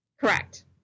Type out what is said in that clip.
Correct